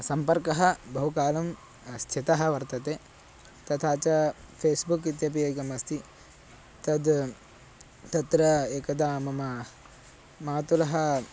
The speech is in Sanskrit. सम्पर्कः बहुकालं स्थितः वर्तते तथा च फ़ेस्बुक् इत्यपि एकमस्ति तद् तत्र एकदा मम मातुलः